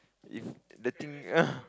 if the thing